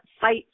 fight